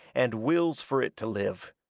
and wills fur it to live,